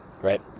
right